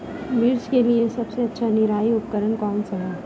मिर्च के लिए सबसे अच्छा निराई उपकरण कौनसा है?